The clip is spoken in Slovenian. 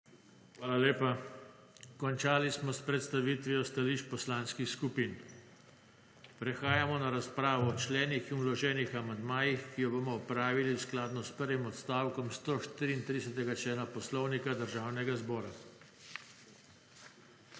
Hvala lepa. Končali smo s predstavitvijo stališč poslanskih skupin. Prehajamo na razpravo o členu in vloženem amandmaju, ki jo bomo opravili skladno s prvim odstavkom 140. člena Poslovnika Državnega zbora.